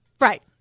Right